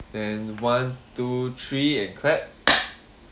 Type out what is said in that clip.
and one two three and clap